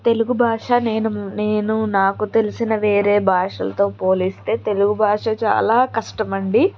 తెలుగు భాష నేను నేను నాకు తెలిసిన వేరే భాషలతో పోలిస్తే తెలుగు భాష చాలా కష్టమండి